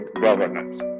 governance